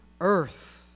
earth